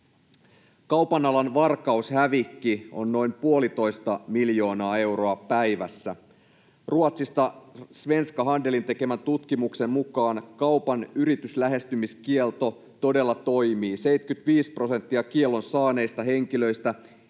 Kaupan alan varkaushävikki on noin puolitoista miljoonaa euroa päivässä. Ruotsissa Svensk Handelin tekemän tutkimuksen mukaan kaupan yrityslähestymiskielto todella toimii. 75 prosenttia kiellon saaneista henkilöistä